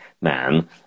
man